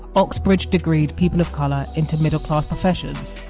oxbridge degreed people of colour into middle class professions.